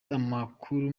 amakuru